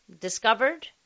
discovered